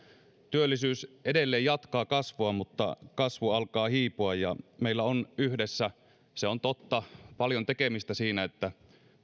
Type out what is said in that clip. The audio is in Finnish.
työllisyys edelleen jatkaa kasvuaan mutta kasvu alkaa hiipua meillä on yhdessä se on totta paljon tekemistä siinä että